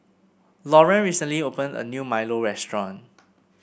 Lauren recently opened a new Milo restaurant